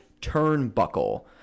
turnbuckle